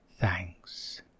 thanks